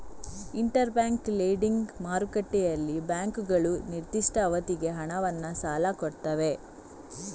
inter bank lending ಮಾರುಕಟ್ಟೆಯಲ್ಲಿ ಬ್ಯಾಂಕುಗಳು ನಿರ್ದಿಷ್ಟ ಅವಧಿಗೆ ಹಣವನ್ನ ಸಾಲ ಕೊಡ್ತವೆ